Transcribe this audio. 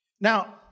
Now